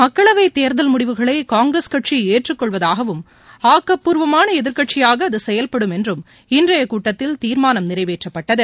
மக்களவைத் தேர்தல் முடிவுகளை காங்கிரஸ் கட்சி ஏற்றுக் கொள்வதாகவும் ஆக்கப்பூர்வமான எதிர்க்கட்சியாக அது செயல்படும் என்றும் இன்றைய கூட்டத்தில் தீர்மானம் நிறைவேற்றப்பட்டது